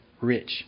rich